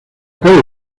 cabe